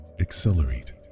accelerate